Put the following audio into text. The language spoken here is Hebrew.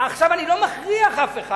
אני לא מכריח אף אחד.